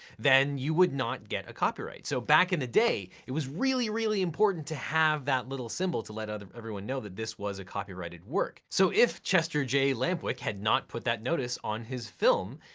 then you would not get a copyright. so back in the day, it was really, really important to have that little symbol to let ah everyone know that this was a copyrighted work. so if chester j. lampwick had not put that notice on his film,